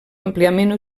àmpliament